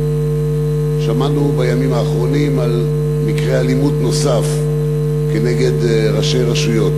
שמענו בימים האחרונים על מקרה אלימות נוסף כנגד ראשי רשויות.